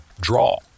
draw